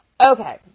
Okay